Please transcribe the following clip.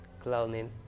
clowning